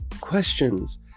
questions